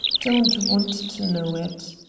don't want to know it.